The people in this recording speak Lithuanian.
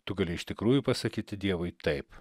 tu gali iš tikrųjų pasakyti dievui taip